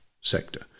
sector